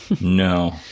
No